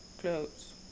clothes